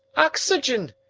oxygen!